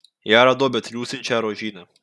ją radau betriūsiančią rožyne